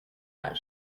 not